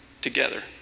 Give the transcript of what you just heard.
together